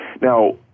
Now